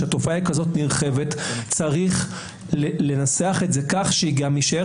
כשהתופעה היא כזאת נרחבת צריך לנסח את זה כך שגם יישאר